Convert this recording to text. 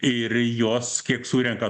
ir jos kiek surenka